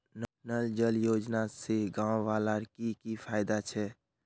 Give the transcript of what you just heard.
नल जल योजना से गाँव वालार की की फायदा छे?